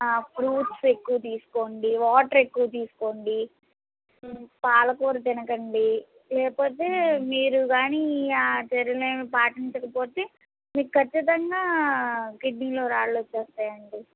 fruits ఎక్కువ తీసుకోండి water ఎక్కువ తీసుకోండి పాలకూర తినకండి లేకపోతే మీరు కానీ ఆ చర్యలను పాటించకపోతే మీకు ఖచ్చితంగా కిడ్నీలో రాళ్ళు వచ్చేస్తాయి అండి